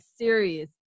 serious